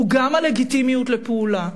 הוא גם הלגיטימיות לפעולה.